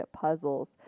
puzzles